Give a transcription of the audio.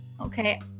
okay